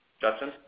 Justin